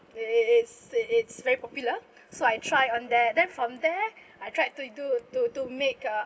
it it it's it's very popular so I try on that then from there I tried to do to to make a